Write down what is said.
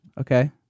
Okay